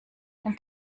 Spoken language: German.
dann